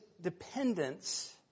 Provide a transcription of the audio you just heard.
dependence